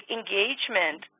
engagement